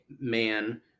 man